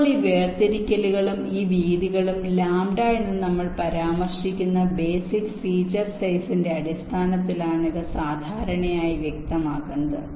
ഇപ്പോൾ ഈ വേർതിരിക്കലുകളും ഈ വീതികളും ലാംഡ എന്ന് നമ്മൾ പരാമർശിക്കുന്ന ബേസിക് ഫീച്ചർ സൈസിന്റെ അ ടിസ്ഥാനത്തിലാണ് ഇവ സാധാരണയായി വ്യക്തമാക്കുന്നത്